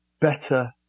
better